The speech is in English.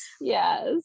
Yes